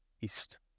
east